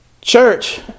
Church